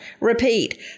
Repeat